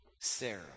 Sarah